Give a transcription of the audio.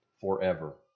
forever